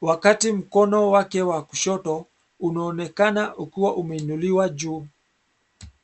wakati mkono wake wa kushoto unaonekana ukiwa umeinuliwa juu.